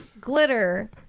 Glitter